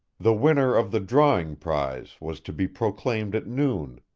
the winner of the drawing-prize was to be proclaimed at noon,